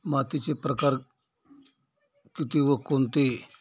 मातीचे प्रकार किती व कोणते?